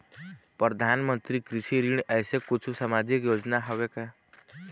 परधानमंतरी कृषि ऋण ऐसे कुछू सामाजिक योजना हावे का?